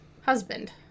husband